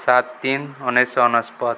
ସାତ ତିନି ଉଣେଇଶହ ଅନେଶ୍ୱତ